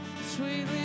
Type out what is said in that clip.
sweetly